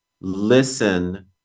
listen